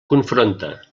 confronta